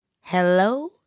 Hello